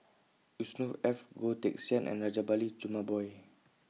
Yusnor Ef Goh Teck Sian and Rajabali Jumabhoy